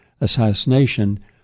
assassination